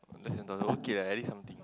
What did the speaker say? less than a dollar okay lah at least something